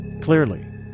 Clearly